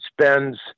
spends